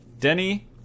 Denny